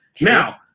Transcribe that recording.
Now